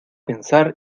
pensar